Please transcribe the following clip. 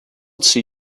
see